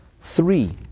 three